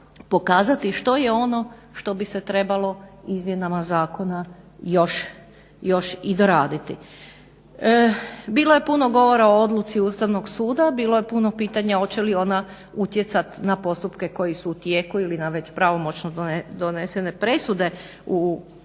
pokazati što je ono što bi se trebalo izmjenama zakona još i doraditi. Bilo je puno govora o odluci Ustavnog suda, bilo je puno pitanja hoće li ona utjecat na postupke koji su u tijeku ili na već pravomoćno donesene presude u kojim